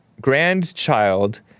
grandchild